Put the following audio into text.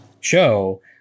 show